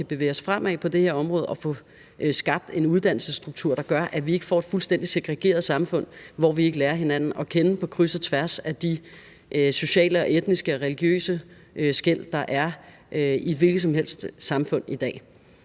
at vi kan bevæge os fremad på det her område og få skabt en uddannelsesstruktur, der gør, at vi ikke får et fuldstændig segregeret samfund, hvor vi ikke lærer hinanden at kende på kryds og tværs af de sociale, etniske og religiøse skel, der er i et hvilket som helst samfund i dag.